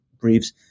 briefs